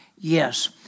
Yes